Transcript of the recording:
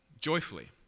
joyfully